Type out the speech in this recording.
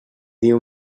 diu